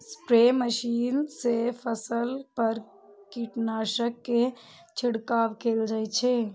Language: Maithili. स्प्रे मशीन सं फसल पर कीटनाशक के छिड़काव कैल जाइ छै